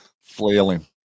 Flailing